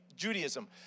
Judaism